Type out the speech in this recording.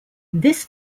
this